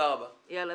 קודם כל